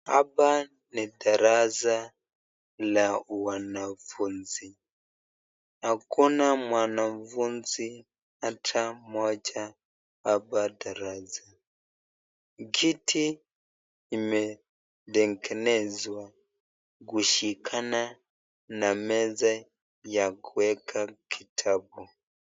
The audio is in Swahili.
Hapa ni darasa la wanafunzi, hakuna mwanafunzi hata moja hapa darasa. Kiti imetengenezwa kushikaa na meza ya kuweka kitabu.